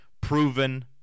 proven